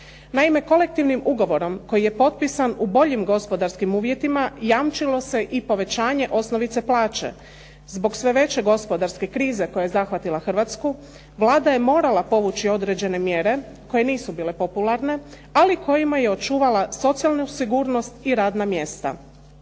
Naime, kolektivnim ugovorom koji je potpisan u boljim gospodarskim uvjetima jamčilo se i povećanje osnovice plaće. Zbog sve veće gospodarske krize koja je zahvatila Hrvatsku Vlada je morala povući određene mjere koje nisu bile popularne, ai kojima je očuvala socijalnu sigurnost i radna mjesta.